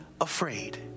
afraid